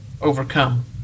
overcome